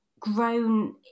Grown